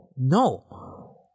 No